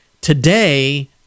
Today